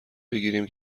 بگیریم